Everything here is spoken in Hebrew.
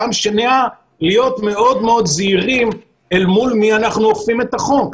פעם שנייה להיות מאוד מאוד זהירים אל מול מי אנחנו אוכפים את החוק.